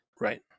Right